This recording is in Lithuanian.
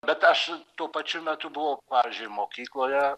bet aš tuo pačiu metu buvau pavyzdžiui mokykloje